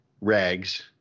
rags